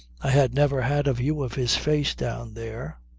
i had never had a view of his face down there.